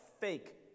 fake